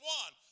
one